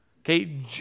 Okay